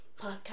podcast